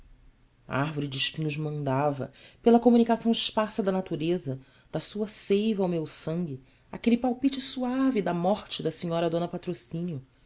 árvore de espinhos mandava pela comunicação esparsa da natureza da sua seiva ao meu sangue aquele palpite suave da morte da senhora d patrocínio